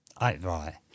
right